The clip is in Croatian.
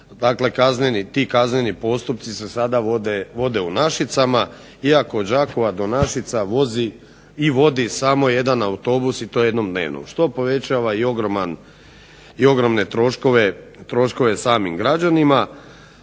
dakle kazneni postupci se sada vode u Našicama, iako od Đakova do Našica vozi samo jedan autobus i to samo jednom dnevno što povećava i ogromne troškove samim građanima.